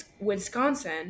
Wisconsin